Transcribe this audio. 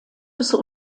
des